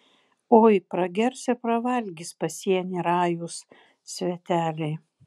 oi pragers ir pravalgys pasienį rajūs sveteliai